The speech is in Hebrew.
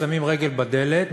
שמים רגל בדלת,